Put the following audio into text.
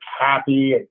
happy